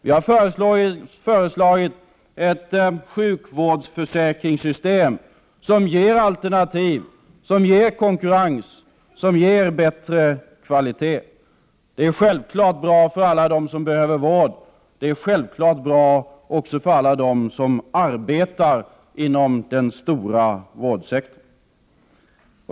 Vi har föreslagit ett sjukvårdsförsäkringssystem som ger alternativ, som ger konkurrens och som ger bättre kvalitet. Det är självklart bra för alla dem som behöver vård. Det är självklart bra också för alla dem som arbetar inom den stora vårdsektorn.